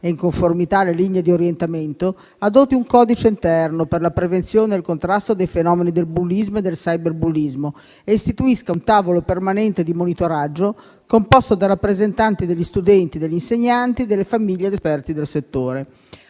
e in conformità alle linee di orientamento, adotti un codice interno per la prevenzione e il contrasto dei fenomeni del bullismo e del cyberbullismo e istituisca un tavolo permanente di monitoraggio composto da rappresentanti degli studenti, degli insegnanti, delle famiglie ed esperti del settore.